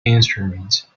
instrument